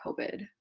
COVID